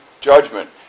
judgment